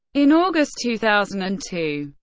in august two thousand and two,